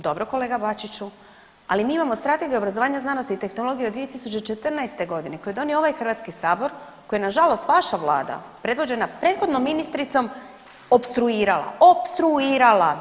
Dobro kolega Bačiću, ali mi imamo Strategiju obrazovanja, znanosti i tehnologije od 2014. godine koju je donio ovaj Hrvatski sabor koji je na žalost vaša Vlada predvođena prethodnom ministricom opstruirala, opstruirala.